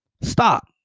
Stop